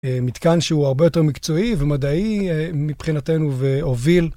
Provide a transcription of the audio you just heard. מתקן שהוא הרבה יותר מקצועי ומדעי מבחינתנו והוביל.